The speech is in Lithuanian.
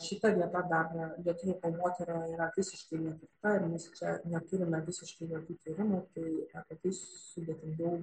šita vieta dar lietuvių kalbotyroje yra visiškai netirta ir mes čia neturime visiškai jokių tyrimų tai apie tai sudėtingiau